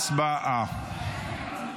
הצבעה.